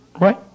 right